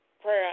prayer